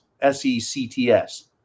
S-E-C-T-S